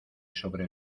sobre